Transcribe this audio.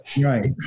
right